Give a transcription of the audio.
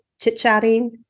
chit-chatting